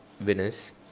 winners